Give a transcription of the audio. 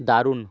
দারুণ